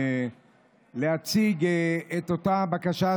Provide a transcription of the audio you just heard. להציג את אותה בקשה,